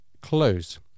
close